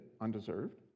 undeserved